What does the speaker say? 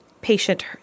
patient